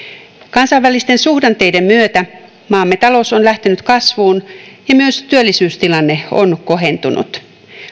kansainvälisten suhdanteiden myötä maamme talous on lähtenyt kasvuun ja myös työllisyystilanne on kohentunut